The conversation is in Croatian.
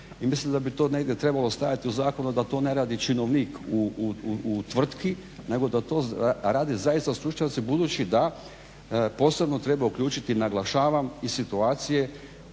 mislim da bi to negdje trebalo stajati u zakonu da to ne radi činovnik u tvrtki, nego da to radi zaista stručnjaci, budući da posebno treba uključiti naglašavam i situacije